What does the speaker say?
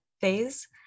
phase